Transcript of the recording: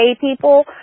people